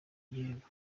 gihembo